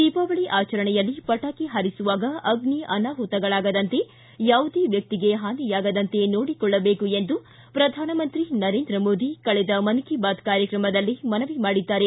ದೀಪಾವಳಿ ಆಚರಣೆಯಲ್ಲಿ ಪಟಾಕಿ ಪಾರಿಸುವಾಗ ಅಗ್ನಿ ಅನಾಹುತಗಳಾಗದಂತೆ ಯಾವುದೇ ವ್ಯಕ್ತಿಗೆ ಪಾನಿಯಾಗದಂತೆ ನೋಡಿಕೊಳ್ಳಬೇಕು ಎಂದು ಪ್ರಧಾನಮಂತ್ರಿ ನರೇಂದ್ರ ಮೋದಿ ಕಳೆದ ಮನ್ ಕಿ ಬಾತ್ ಕಾರ್ಯಕ್ರಮದಲ್ಲಿ ಮನವಿ ಮಾಡಿದ್ದಾರೆ